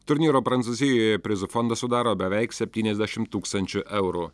turnyro prancūzijoje prizų fondą sudaro beveik septyniasdešimt tūkstančių eurų